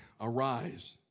arise